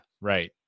right